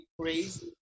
crazy